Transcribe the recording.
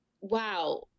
wow